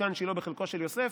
משכן שילה בחלקו של יוסף,